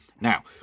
Now